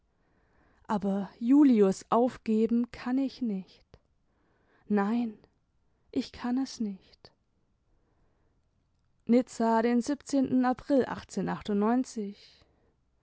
aber julius aufgeben kann ich nicht nein ich kann es nicht nizza den april